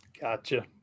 gotcha